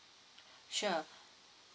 sure